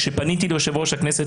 כשפניתי ליו"ר הכנסת,